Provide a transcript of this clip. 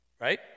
right